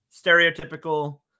stereotypical